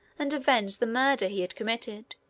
and avenge the murder he had committed